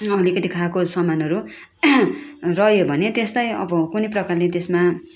अलिकति खाएको समानहरू रह्यो भने त्यसलाई अब कुनै प्रकारले त्यसमा